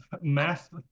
math